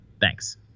Thanks